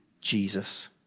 Jesus